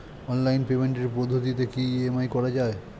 Online পেমেন্টের পদ্ধতিতে কি ই.এম.আই করা যায়?